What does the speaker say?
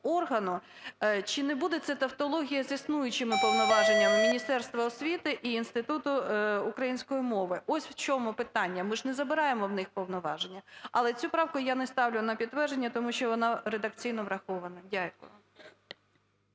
чи не буде це тавтологія з існуючими повноваженнями Міністерства освіти і Інституту української мови? Ось в чому питання. Ми ж не забираємо в них повноваження. Але цю правку я не ставлю на підтвердження тому що вона редакційно врахована. Дякую.